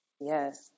Yes